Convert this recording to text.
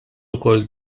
ukoll